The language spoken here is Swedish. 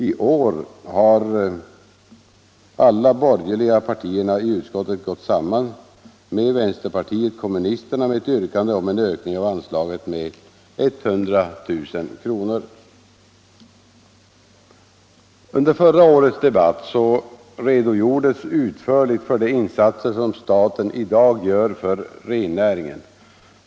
I år har alla de borgerliga partierna i utskottet gått samman med vänsterpartiet kommunisterna med ett yrkande om en ökning av anslaget med 100 000 kr. Under förra årets debatt redogjordes utförligt för de insatser som staten i dag gör för rennäringen.